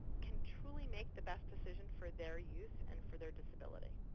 can truly make the best decisions for their use and for their disability.